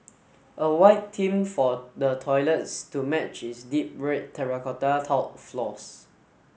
a white theme for the toilets to match its deep red terracotta tiled floors